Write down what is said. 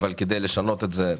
אבל כדי לשנות את זה,